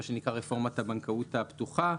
מה שנקרא רפורמת הבנקאות הפתוחה.